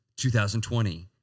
2020